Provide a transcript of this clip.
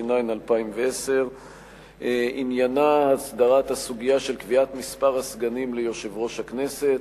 התש"ע 2010. עניינה הסדרת הסוגיה של קביעת מספר הסגנים ליושב-ראש הכנסת.